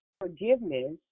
forgiveness